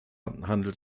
handelt